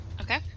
Okay